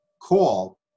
call